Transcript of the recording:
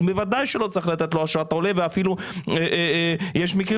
אז בוודאי שלא צריך לתת לו אשרת עולה ואפילו יש מקרים